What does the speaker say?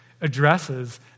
addresses